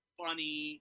funny